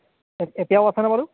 এ এতিয়াও আছেনে বাৰু